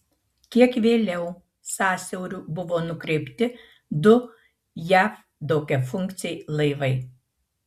kiek vėliau sąsiauriu buvo nukreipti du jav daugiafunkciai laivai